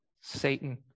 Satan